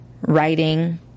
writing